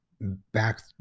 Back